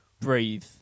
breathe